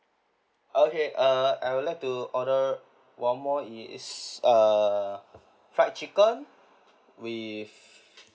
okay err I would like to order one more is err fried chicken with